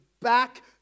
back